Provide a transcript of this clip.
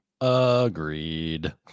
Agreed